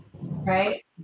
right